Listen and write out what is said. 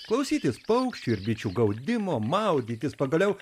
klausytis paukščių ir bičių gaudimo maudytis pagaliau